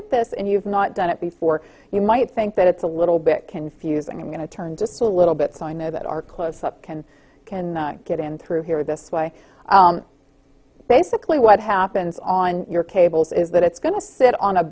at this and you've not done it before you might think that it's a little bit confusing i'm going to turn just a little bit so i know that our closeup can can get in through here this way basically what happens on your cables is that it's going to sit on a